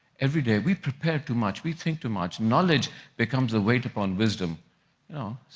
every day we prepare too much, we think too much. knowledge becomes a weight upon wisdom. you know,